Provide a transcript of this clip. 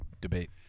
debate